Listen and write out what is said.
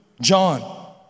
John